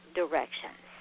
directions